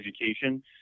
education